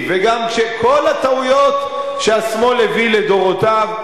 וגם כל הטעויות שהשמאל הביא לדורותיו,